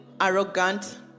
arrogant